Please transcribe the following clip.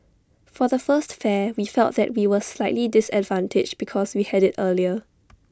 for the first fair we felt that we were slightly disadvantaged because we had IT earlier